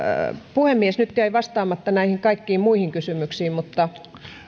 puhemies nyt jäi vastaamatta näihin kaikkiin muihin kysymyksiin mutta